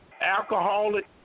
alcoholic